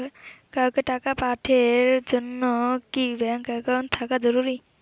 কাউকে টাকা পাঠের জন্যে কি ব্যাংক একাউন্ট থাকা জরুরি?